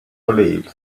believed